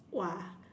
!wah!